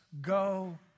go